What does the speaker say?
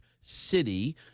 City